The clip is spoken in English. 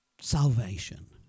Salvation